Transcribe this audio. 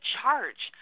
charge